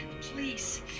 please